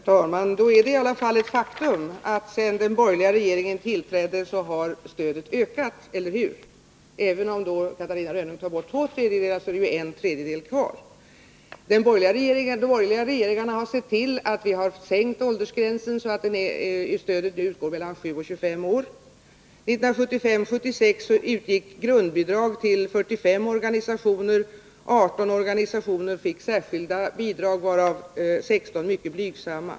Herr talman! Då är det i alla fall ett faktum att sedan den borgerliga regeringen tillträdde har stödet ökat, eller hur? Även om Catarina Rönnung tar bort två tredjedelar så är det ju en tredjedel kvar. De borgerliga regeringarna har sänkt åldersgränsen så att stödet nu utgår mellan 7 och 25 år. 1975/76 utgick grundbidrag till 45 organisationer. 18 organisationer fick särskilda bidrag, varav 16 mycket blygsamma.